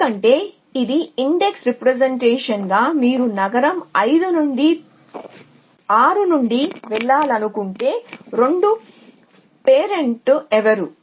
ఎందుకంటే ఇది index representation గా మీరు నగరం 5 నుండి 6 నుండి వెళ్లాలనుకుంటే 2 వ పేరెంట్ ఎవరు